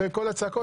גם אחרי כל הצעקות,